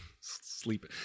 Sleep